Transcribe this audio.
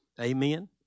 amen